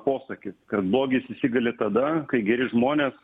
posakis kad blogis įsigali tada kai geri žmonės